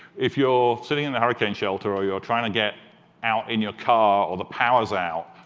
if you're sitting in a hurricane shelter or you are trying to get out in your car or the power's out,